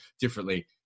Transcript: differently